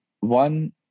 One